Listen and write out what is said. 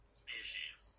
species